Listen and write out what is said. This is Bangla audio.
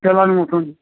সেবারের মতোন